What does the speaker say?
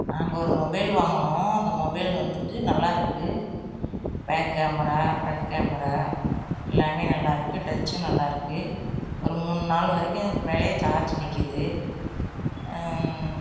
நாங்கள் ஒரு மொபைல் வாங்கினோம் அந்த மொபைல் வந்துட்டு நல்லா இருக்குது பேக் கேமரா பிரண்ட் கேமரா எல்லாம் நல்லா இருக்குது டச்சும் நல்லா இருக்குது ஒரு மூணு நாள் வரைக்கும் அதுக்கு மேலேயே சார்ஜ் நிற்கிது